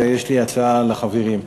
ויש לי הצעה לחברים,